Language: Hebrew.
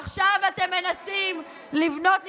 עכשיו אתם מנסים לבנות ניצני,